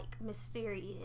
mysterious